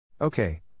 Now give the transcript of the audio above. Okay